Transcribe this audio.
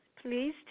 Please